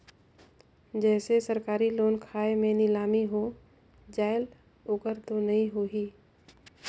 जैसे सरकारी लोन खाय मे नीलामी हो जायेल ओकर तो नइ होही?